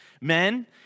Men